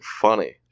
funny